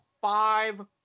five